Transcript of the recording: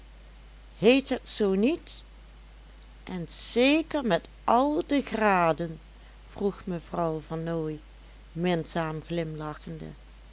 heet het zoo niet en zeker met al de graden vroeg mevrouw vernooy minzaam glimlachende